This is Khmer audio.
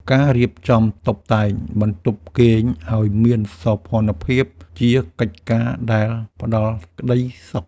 ការរៀបចំតុបតែងបន្ទប់គេងឱ្យមានសោភ័ណភាព ជាកិច្ចការដែលផ្តល់ក្តីសុខ។